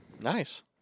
Nice